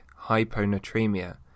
hyponatremia